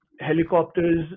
Helicopters